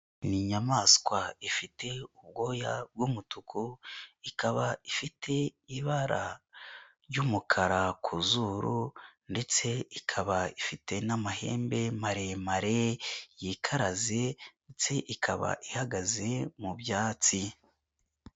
Inyayamaswa ifite ubwoya bw'umutuku ikaba ifite ibara ry'umukara ku zuru ndetse ikaba ifite n'amahembe maremare yikaraze ndetse ikaba ihagaze mu byatsi.